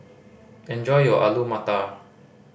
enjoy your Alu Matar